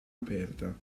aperta